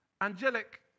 Angelic